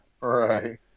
Right